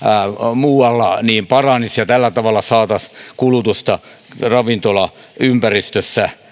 muualla paranisi ja tällä tavalla saataisiin kulutusta ravintolaympäristössä